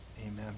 Amen